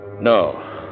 No